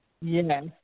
Yes